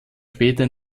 später